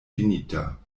finita